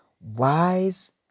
Wise